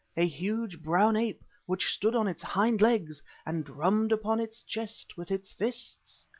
a huge, brown ape which stood on its hind legs and drummed upon its chest with its fists.